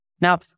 Now